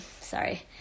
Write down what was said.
sorry